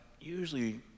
usually